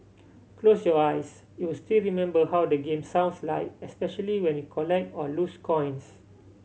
close your eyes you'll still remember how the game sounds like especially when you collect or lose coins